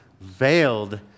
Veiled